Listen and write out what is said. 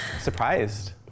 Surprised